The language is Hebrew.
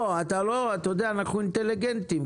אנחנו אינטליגנטים.